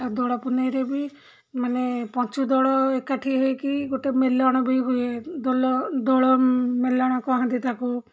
ଆଉ ଦୋଳ ପୁନେଇଁରେ ବି ମାନେ ପଞ୍ଚୁଦୋଳ ଏକାଠି ହେଇକି ଗୋଟେ ମେଲଣ ବି ହୁଏ ଦୋଳ ମେଲଣ କହନ୍ତି ତାକୁ